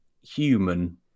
human